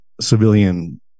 civilian